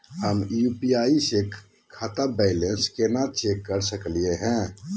हम यू.पी.आई स खाता बैलेंस कना चेक कर सकनी हे?